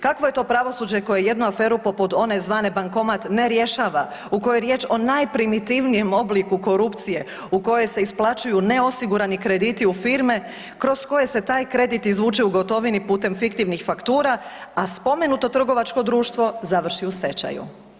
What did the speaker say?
Kakvo je to pravosuđe koje jednu aferu poput one zvane „Bankomat“ ne rješava, u kojoj je riječ o najprimitivnijem obliku korupcije, u kojoj se isplaćuju neosigurani krediti u firme kroz koje se taj kredit izvuče u gotovini putem fiktivnih faktura, a spomenuto trgovačko društvo završi u stečaju.